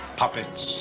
puppets